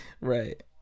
Right